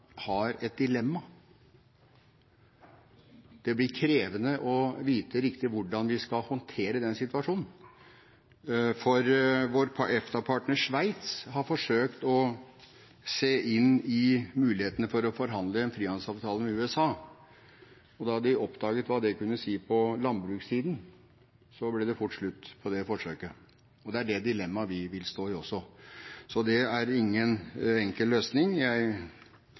har et dilemma. Det blir krevende å vite helt hvordan vi skal håndtere den situasjonen. Vår EFTA-partner Sveits har forsøkt å se på mulighetene for å forhandle en frihandelsavtale med USA, og da de oppdaget hva det kunne si på landbrukssiden, ble det fort slutt på det forsøket. Det er det dilemmaet vi vil stå i også, så det er ingen enkel løsning. Jeg